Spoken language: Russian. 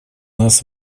нас